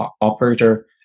operator